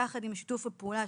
יחד עם שיתוף הפעולה,